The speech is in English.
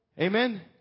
Amen